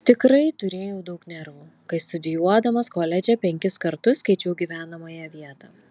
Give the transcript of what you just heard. tikrai turėjau daug nervų kai studijuodamas koledže penkis kartus keičiau gyvenamąją vietą